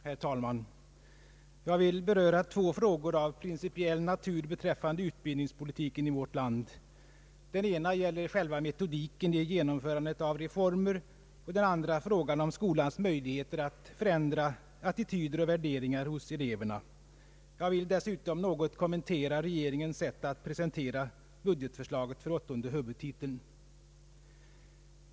Herr talman! Jag vill ta upp två frågor av principiell natur beträffande utbildningspolitiken i vårt land. Den ena gäller själva metodiken vid genomförandet av reformer, den andra berör skolans möjligheter att förändra attityder och värderingar hos eleverna. Jag vill dessutom något kommentera regeringens sätt att presentera budgetförslaget för åttonde huvudtiteln.